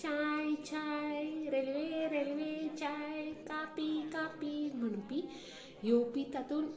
चाय चाय railway railway चाय coffee coffee म्हणपी येवपी तातूंत